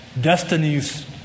destinies